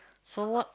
so what